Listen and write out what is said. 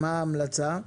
מה ההמלצה?